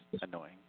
annoying